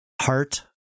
heart